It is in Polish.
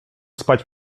spać